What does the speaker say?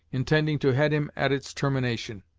intending to head him at its termination.